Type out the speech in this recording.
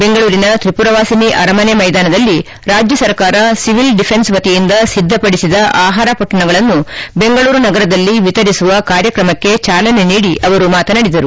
ಬೆಂಗಳೂರಿನ ತ್ರಿಮರವಾಸಿನಿ ಅರಮನೆ ಮೈದಾನದಲ್ಲಿ ರಾಜ್ಜ ಸರ್ಕಾರ ಸಿವಿಲ್ ಡಿಫೆನ್ಸ್ ವತಿಯಿಂದ ಸಿದ್ದಪಡಿಸಿದ ಆಹಾರ ಮೊಟ್ಟಣಗಳನ್ನು ಬೆಂಗಳೂರು ನಗರದಲ್ಲಿ ವಿತರಿಸುವ ಕಾರ್ಯಕ್ರಮಕ್ಕೆ ಚಾಲನೆ ನೀಡಿ ಅವರು ಮಾತನಾಡಿದರು